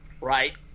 right